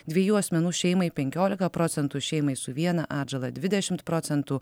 dviejų asmenų šeimai penkiolika procentų šeimai su viena atžala dvidešimt procentų